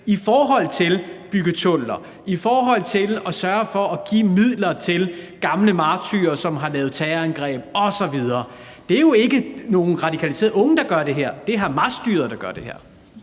budget, til at bygge tunneller og til at give midler til gamle martyrer, der har lavet terrorangreb osv. Det er jo ikke nogle radikaliserede unge, der gør det her; det er Hamasstyret, der gør det her.